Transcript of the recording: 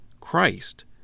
Christ